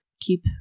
keep